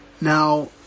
Now